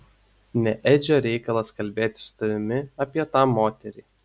ne edžio reikalas kalbėti su tavimi apie tą moterį